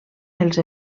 els